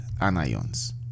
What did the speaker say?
anions